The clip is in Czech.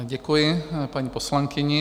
Děkuji paní poslankyni.